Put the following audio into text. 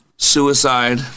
suicide